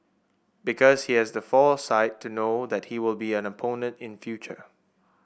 because he has the foresight to know that he will be an opponent in future